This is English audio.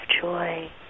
joy